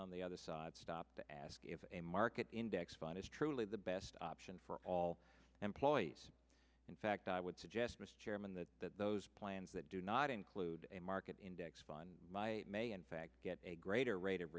on the other side stop to ask if a market index fund is truly the best option for all employees in fact i would suggest mr chairman that those plans that do not include a market index fund my may in fact get a greater rate of